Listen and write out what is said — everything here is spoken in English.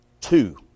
two